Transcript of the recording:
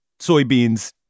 soybeans